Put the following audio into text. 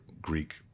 Greek